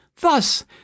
Thus